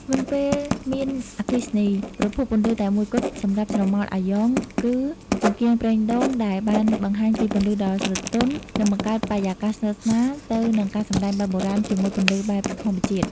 មុនពេលមានអគ្គិសនី ប្រភពពន្លឺតែមួយគត់សម្រាប់ស្រមោលអាយ៉ង គឺចង្កៀងប្រេងដូងដែលបានបង្ហាញពីពន្លឺដ៏ស្រទន់និងបង្កើតបរិកាសស្និតស្នាលទៅនឹងការសម្តែងបែបបុរាណជាមួយពន្លឺបែបធម្មជាតិ។